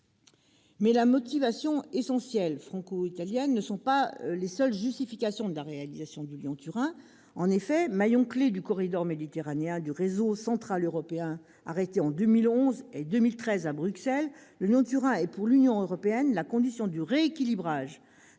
Les motivations essentiellement franco-italiennes ne sont pas les seules justifications de la réalisation de la liaison Lyon-Turin. En effet, maillon clé du corridor méditerranéen du réseau central européen arrêté en 2011 et 2013 à Bruxelles, cette liaison est pour l'Union européenne la condition du rééquilibrage